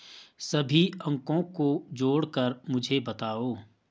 सभी अंकों को जोड़कर मुझे बताओ